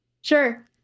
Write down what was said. Sure